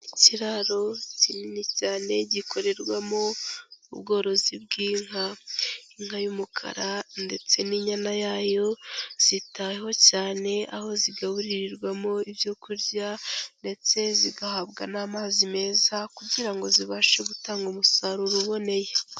Ikiraro kinini cyane gikorerwamo ubworozi bw'inka. Inka y'umukara ndetse n'inyana yayo, zitaweho cyane aho zigaburirirwamo ibyo kurya ndetse zigahabwa n'amazi meza kugira ngo zibashe gutanga umusaruro uboneye.